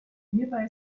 nearby